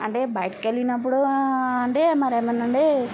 అంటే బయటికెళ్ళినపుడు అంటే మరేమన్నండే